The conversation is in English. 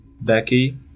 Becky